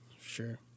Sure